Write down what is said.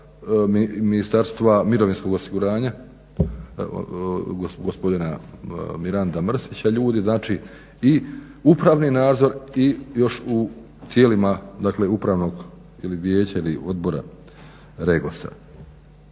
Ministarstva mirovinskog osiguranja gospodina Miranda Mrsića ljudi znači i upravni nadzor i još u tijelima, dakle Upravnog vijeća ili Odbora REGOS-a.